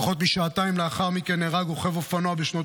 פחות משעתיים לאחר מכן נהרג רוכב אופנוע בשנות